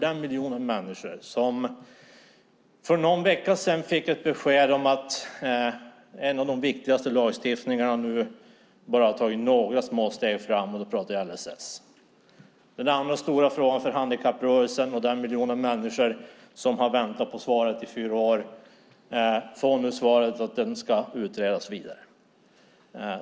En miljon människor fick för någon vecka sedan ett besked om att en av de viktigaste lagstiftningarna nu bara har tagit några små steg framåt, och då pratar jag om LSS. Den miljonen människor som har väntat på svaret på den andra stora frågan för handikapprörelsen får nu svaret att frågan ska utredas vidare.